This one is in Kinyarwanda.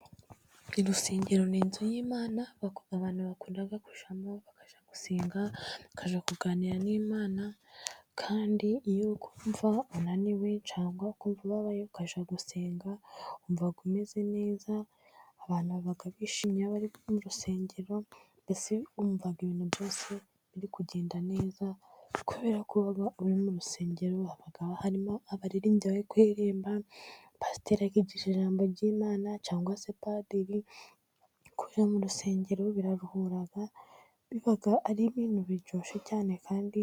Urusengero ni inzu y'Imana abantu bakunda kujyamo, bakajya gusenga, bakajya kuganira n'Imana, kandi iyo uri kumva unaniwe cyangwa kumvamva ubabaye ukajya gusenga wumva umeze neza, abantu baba bishimye iyo bari mu rusengero, ndetse wumva ibintu byose biri kugenda neza, kubera ko baba uri mu rusengero, haba harimo abaririmbyi bari kuririmba, pasiteri yigisha ijambo ry'Imana cyangwa se padiri , kuba mu rusengero biraruhura, bibaga ari ibintu biryoshye cyane kandi byiza.